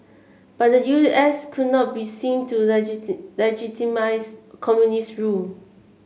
but the U S could not be seen to legitimise communist rule